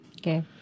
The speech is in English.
Okay